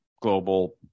global